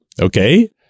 okay